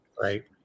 Right